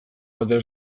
batera